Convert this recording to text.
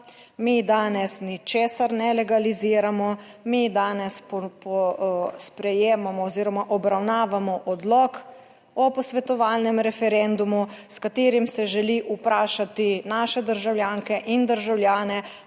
mi danes ničesar ne legaliziramo, mi danes sprejemamo oziroma obravnavamo odlok o posvetovalnem referendumu, s katerim se želi vprašati naše državljanke in državljane,